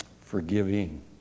forgiving